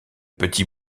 petit